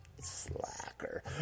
Slacker